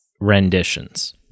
renditions